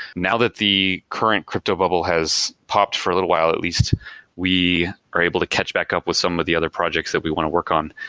now that the current crypto bubble has popped for a little while, at least we are able to catch back up with some of the other projects that we want to work on,